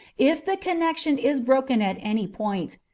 if the connection is broken at any point,